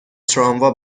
تراموا